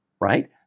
right